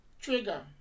trigger